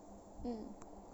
mm